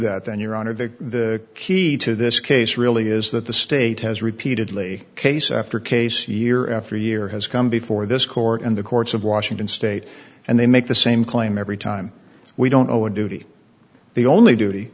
that then your honor the key to this case really is that the state has repeatedly case after case year after year has come before this court and the courts of washington state and they make the same claim every time we don't owe a duty the only duty